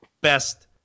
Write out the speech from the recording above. best